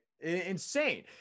Insane